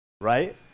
right